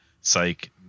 psych